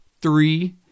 Three